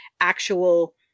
actual